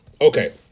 Okay